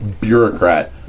bureaucrat